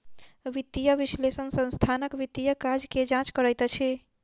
वित्तीय विश्लेषक संस्थानक वित्तीय काज के जांच करैत अछि